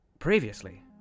Previously